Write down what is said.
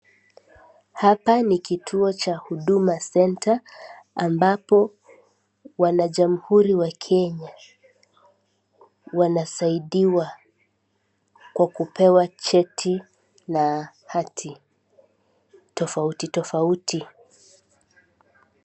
Hapa ni kituo cha Huduma Centre, ambapo Wanajamhuri wa Kenya wanasaidiwa kwa kupewa cheti na hati tofauti tofauti.